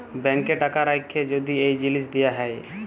ব্যাংকে টাকা রাখ্যে যদি এই জিলিস দিয়া হ্যয়